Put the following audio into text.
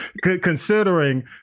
Considering